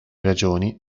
ragioni